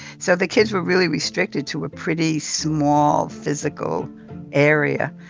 so the kids were really restricted to a pretty small physical area.